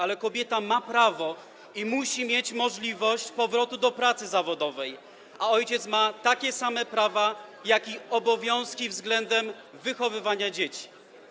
ale kobieta ma prawo i musi mieć możliwość powrotu do pracy zawodowej, a ojciec ma takie same prawa, jak i obowiązki względem wychowywania dzieci.